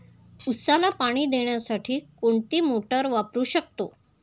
उसाला पाणी देण्यासाठी कोणती मोटार वापरू शकतो?